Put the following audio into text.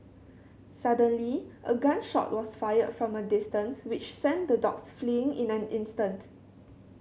suddenly a gun shot was fired from a distance which sent the dogs fleeing in an instant